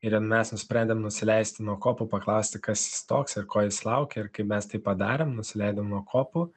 ir mes nusprendėm nusileisti nuo kopų paklausti kas jis toks ir ko jis laukia ir kai mes tai padarėm nusileidom nuo kopų